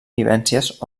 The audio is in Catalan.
vivències